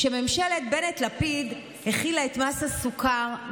כשממשלת בנט-לפיד החילה את מס הסוכר,